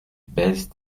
baise